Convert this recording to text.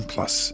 Plus